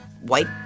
white